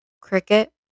Cricket